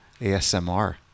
ASMR